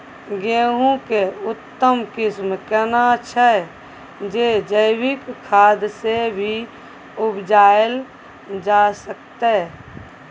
गेहूं के उत्तम किस्म केना छैय जे जैविक खाद से भी उपजायल जा सकते?